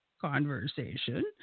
conversation